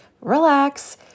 relax